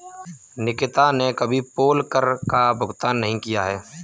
निकिता ने कभी पोल कर का भुगतान नहीं किया है